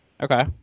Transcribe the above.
Okay